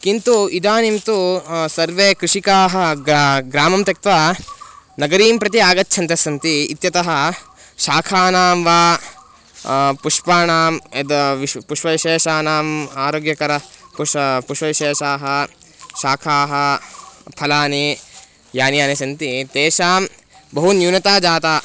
किन्तु इदानीं तु सर्वे कृषिकाः ग्रा ग्रामं त्यक्त्वा नगरीं प्रति आगच्छन्तःसन्ति इत्यतः शाकानां वा पुष्पाणां यद् विश् पुष्पविशेषाणाम् आरोग्यकराः पुष् पुष्पविशेषाः शाकाः फलानि यानि यानि सन्ति तेषां बहु न्यूनता जाता